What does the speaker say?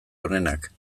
onenak